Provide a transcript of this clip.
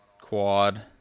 quad